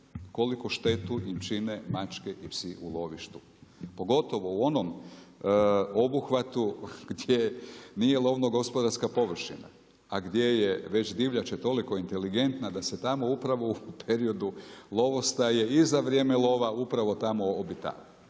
koliku štetu im čine mačke i psi u lovištu. Pogotovo u onom obuhvatu gdje nije lovno-gospodarske površina, a divljač je toliko inteligentna da se tamo upravo u periodu lovostaje i za vrijeme lova upravo tamo obitava,